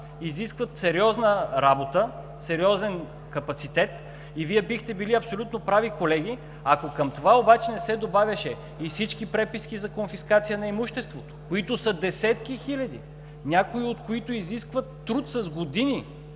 изискват сериозна работа, сериозен капацитет и Вие бихте били абсолютно прави, колеги, ако към това не се добавяха и всички преписки за конфискация на имуществото, които са десетки хиляди, някои, от които изискват труд с години,